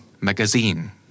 Magazine